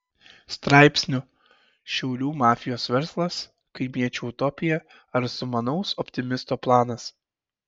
straipsnių šiaulių mafijos verslas kaimiečio utopija ar sumanaus optimisto planas